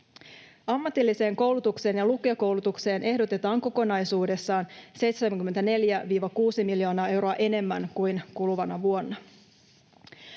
Ammatilliseen koulutukseen ja lukiokoulutukseen ehdotetaan kokonaisuudessaan 74—76 miljoonaa euroa enemmän kuin kuluvana vuonna.